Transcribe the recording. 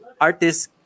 artists